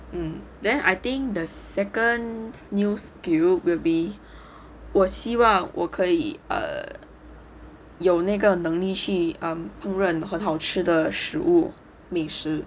um and then I think the second new skill will be 我希望我可以 err 有那个能去 um 烹饪很好吃的食物美食